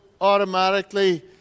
automatically